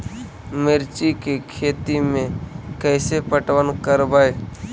मिर्ची के खेति में कैसे पटवन करवय?